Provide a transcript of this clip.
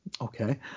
Okay